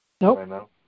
Nope